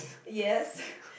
yes